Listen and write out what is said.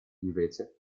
invece